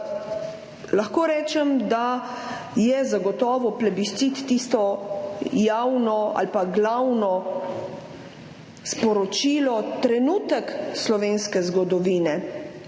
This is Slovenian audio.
Lahko rečem, da je zagotovo plebiscit tisto javno ali glavno sporočilo, trenutek slovenske zgodovine,